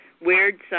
weird